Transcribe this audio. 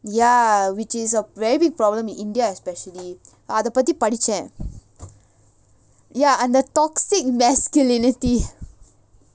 ya which is a very big problem in india especially அத பத்தி படிச்சேன்:atha paththi padichaen ya அந்த:antha toxic masculinity